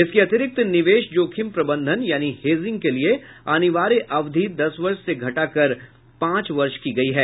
इसके अतिरिक्त निवेश जोखिम प्रबंधन यानी हेजिंग के लिए अनिवार्य अवधि दस वर्ष से घटाकर पांच वर्ष की गई है